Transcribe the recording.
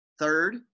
Third